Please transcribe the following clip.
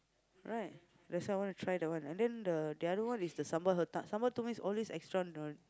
right that's why I wanna try that one and then the the other one is the sambal sambal tumis is always extra